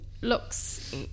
looks